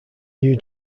new